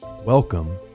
Welcome